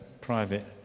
private